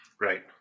Right